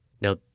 Now